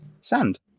sand